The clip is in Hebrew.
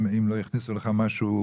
אם לא הכניסו לך משהו,